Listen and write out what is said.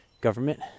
government